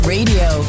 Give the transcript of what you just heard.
Radio